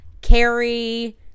Carrie